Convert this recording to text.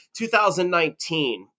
2019